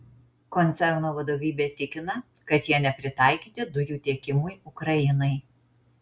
koncerno vadovybė tikina kad jie nepritaikyti dujų tiekimui ukrainai